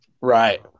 Right